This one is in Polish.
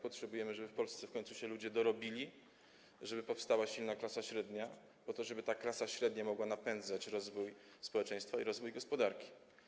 Potrzebujemy, żeby w Polsce w końcu się ludzie dorobili, żeby powstała silna klasa średnia, po to żeby ta klasa średnia mogła napędzać rozwój społeczeństwa i rozwój gospodarki.